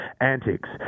antics